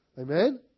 Amen